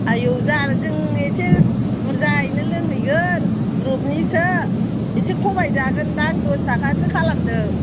आइयौ जा जों एसे बुरजायैनो लोंहैगोन ग्रुपनिसो एसे खमायजागोन दां दस थाखासो खालामदो